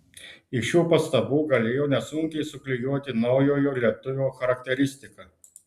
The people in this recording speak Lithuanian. iš šių pastabų galėjo nesunkiai suklijuoti naujojo lietuvio charakteristiką